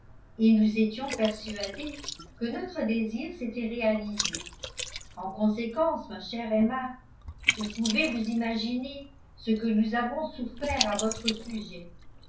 et nous étions persuadés que notre désir s'était réalisé en conséquence ma chère emma vous pouvez vous imaginer ce que nous avons souffert à votre sujet